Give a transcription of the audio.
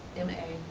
m a,